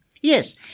Yes